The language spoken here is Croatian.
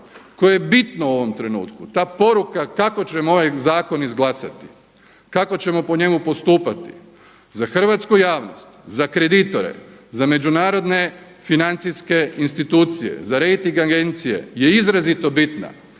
koje je bitno u ovom trenutku, ta poruka kako ćemo ovaj zakon izglasati, kako ćemo po njemu postupati, za hrvatsku javnost, za kreditore, za međunarodne financijske institucije, za rejting agencije je izrazito bitna.